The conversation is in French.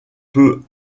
peut